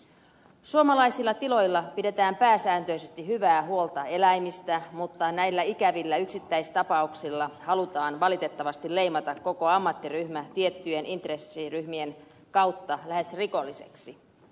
suomalaisilla tiloilla pidetään pääsääntöisesti hyvää huolta eläimistä mutta näillä ikävillä yksittäistapauksilla halutaan valitettavasti leimata koko ammattiryhmä tiettyjen intressiryhmien kautta lähes rikolliseksi